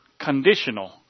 conditional